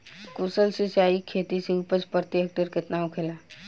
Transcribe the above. कुशल सिंचाई खेती से उपज प्रति हेक्टेयर केतना होखेला?